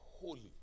holy